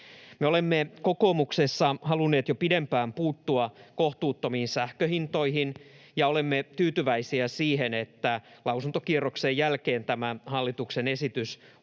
olemme kokoomuksessa halunneet jo pidempään puuttua kohtuuttomiin sähköhintoihin ja olemme tyytyväisiä siihen, että lausuntokierroksen jälkeen tämä hallituksen esitys